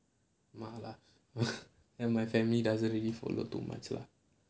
ya ya my family doesn't really follow too much lah